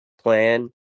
Plan